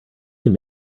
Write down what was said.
can